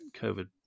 COVID